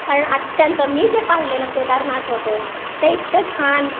कारण अत्यंत मी जे पाहिलेलं केदारनाथ होतं ते इतकं छान